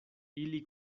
ili